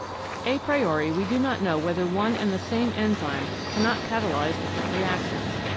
a priori we do not know whether one and the same enzyme cannot catalyse different reactions.